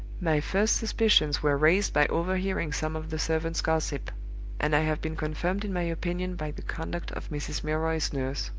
my first suspicions were raised by overhearing some of the servants' gossip and i have been confirmed in my opinion by the conduct of mrs. milroy's nurse.